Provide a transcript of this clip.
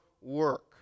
work